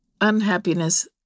unhappiness